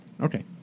Okay